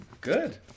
Good